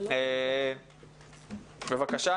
בבקשה,